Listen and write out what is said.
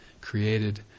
created